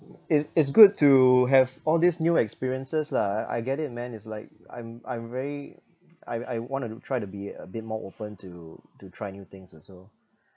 it's it's good to have all these new experiences lah I I get it man it's like I'm I'm very I I want to try to be a bit more open to to try new things also